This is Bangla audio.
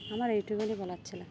আমারএইটুকুনি বলার ছিল